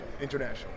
international